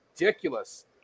ridiculous